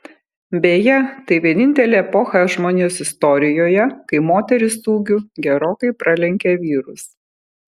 beje tai vienintelė epocha žmonijos istorijoje kai moterys ūgiu gerokai pralenkė vyrus